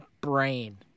brain